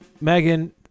Megan